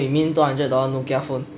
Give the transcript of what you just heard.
you mean two hundred dollars nokia phone